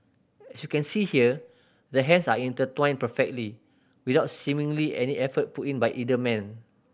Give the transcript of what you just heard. as you can see here their hands are intertwined perfectly without seemingly any effort put in by either man